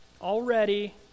already